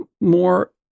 more